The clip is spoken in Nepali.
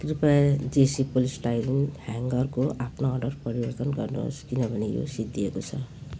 कृपया जेसी पोलिसटाइरिन ह्याङ्गरको आफ्नो अर्डर परिवर्तन गर्नुहोस् किनभने यो सिद्धिएको छ